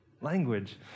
Language